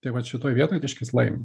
tai vat šitoj vietoj kiškis laimi